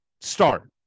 start